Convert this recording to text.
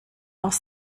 aus